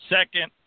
Second